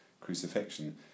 crucifixion